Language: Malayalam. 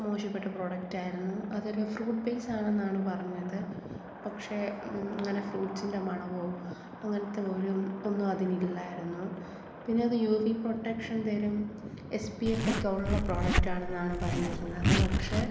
മോശപ്പെട്ട പ്രൊഡക്റ്റായിരുന്നു അതൊരു ഫ്രൂട്ട് ബേയ്സാണെന്നാണ് പറഞ്ഞത് പക്ഷെ അങ്ങനെ ഫ്രൂട്ട്സിൻ്റെ മണമോ അങ്ങനത്തെ ഒരും ഒന്നും അതിന് ഇല്ലായിരുന്നു പിന്നെ അത് യൂ വി പ്രൊട്ടക്ഷൻ തരും എസ് പി എഫ് ഒക്കെ ഉള്ള പ്രൊഡക്റ്റാണെന്നാണ് പറഞ്ഞിരുന്നത് പക്ഷെ